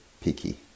picky